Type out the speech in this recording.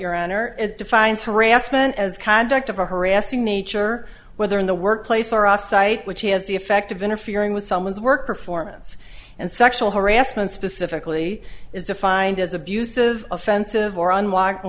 your honor it defines harassment as conduct of a harassing nature whether in the workplace or off site which has the effect of interfering with someone's work performance and sexual harassment specifically is defined as abusive offensive or